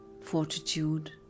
fortitude